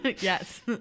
Yes